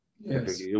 yes